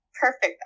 perfect